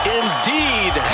indeed